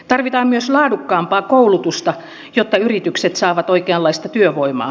tarvitaan myös laadukkaampaa koulutusta jotta yritykset saavat oikeanlaista työvoimaa